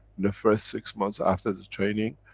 the first six months after the training.